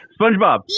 SpongeBob